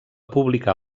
publicar